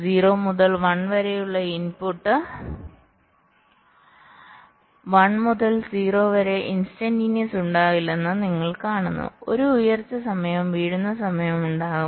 0 മുതൽ 1 വരെയുള്ള ഇൻപുട്ട് 1 മുതൽ 0 വരെ ഇൻസ്റ്റന്റിനിയസ് ഉണ്ടാകില്ലെന്ന് നിങ്ങൾ കാണുന്നു ഒരു ഉയർച്ച സമയവും വീഴുന്ന സമയവും ഉണ്ടാകും